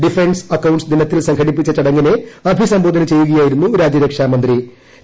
defence accounts ദിനത്തിൽ സംഘടിപ്പിച്ച ചടങ്ങിനെ അഭിസംബോധന ചെയ്യുകയായിരുന്നും രക്ഷാമന്ത്രി മന്ത്രി